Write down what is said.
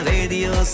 Radio